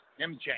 MJ